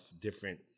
different